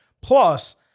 Plus